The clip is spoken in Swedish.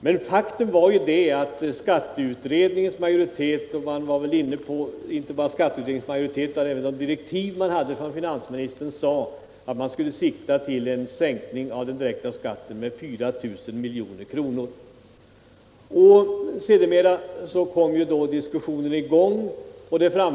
Men faktum är att skatteutredningens majoritet ansåg att man i överensstämmelse med finansministerns direktiv skulle sikta till en sänkning av den direkta skatten med 4 miljarder kronor. Sedermera kon diskussionen i gång.